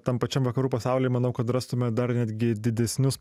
tam pačiam vakarų pasauly manau kad rastume dar netgi didesnius